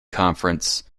conference